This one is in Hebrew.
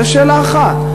זו שאלה אחת.